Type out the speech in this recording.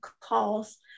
calls